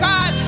God